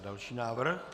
Další návrh.